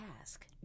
ask